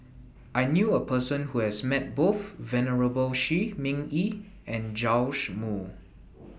I knew A Person Who has Met Both Venerable Shi Ming Yi and Joash Moo